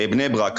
בני ברק,